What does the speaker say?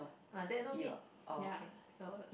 I said no need ya so